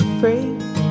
free